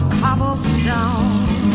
cobblestone